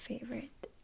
favorite